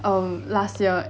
um last year